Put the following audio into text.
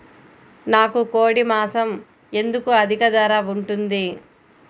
నాకు కోడి మాసం ఎందుకు అధిక ధర ఉంటుంది?